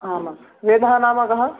आम वेदः नाम कः